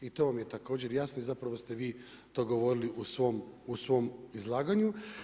I to vam je također jasno i zapravo ste vi to govorili u svom izlaganju.